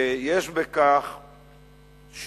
ויש בכך שינוי,